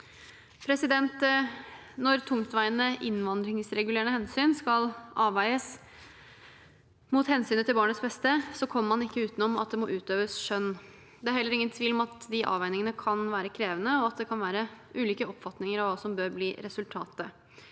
hjemland. Når tungtveiende innvandringsregulerende hensyn skal avveies mot hensynet til barnets beste, kommer man ikke utenom at det må utøves skjønn. Det er heller ingen tvil om at de avveiningene kan være krevende, og at det kan være ulike oppfatninger av hva som bør bli resultatet.